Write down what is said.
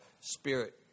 spirit